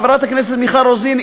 חברת הכנסת מיכל רוזין,